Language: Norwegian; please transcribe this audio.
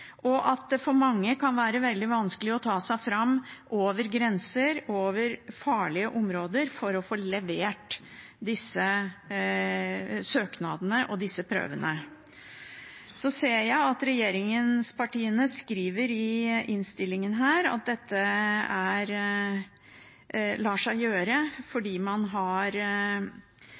og at det for mange kan være veldig vanskelig å ta seg fram over grenser, over farlige områder, for å få levert disse søknadene og prøvene. Så ser jeg at regjeringspartiene skriver i innstillingen at dette lar seg gjøre fordi man noen steder har